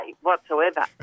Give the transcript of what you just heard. whatsoever